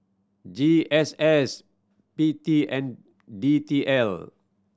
G S S P T and D T L